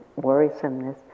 worrisomeness